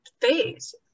phase